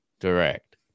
direct